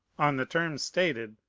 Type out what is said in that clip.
on the terms stated,